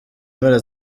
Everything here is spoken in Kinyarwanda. mpera